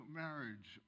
marriage